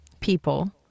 people